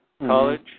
college